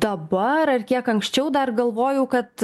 dabar ar kiek anksčiau dar galvojau kad